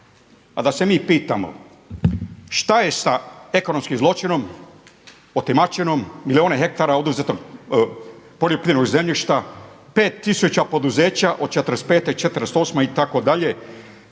A da se mi pitamo, šta je sa ekonomskim zločinom, otimačinom milijune hektara oduzetog poljoprivrednog zemljišta, 5 tisuća poduzeća od '45., '48. itd.,